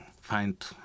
find